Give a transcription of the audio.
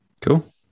Cool